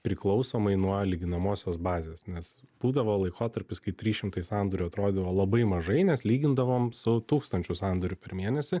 priklausomai nuo lyginamosios bazės nes būdavo laikotarpis kai trys šimtai sandorių atrodydavo labai mažai nes lygindavom su tūkstančiu sandorių per mėnesį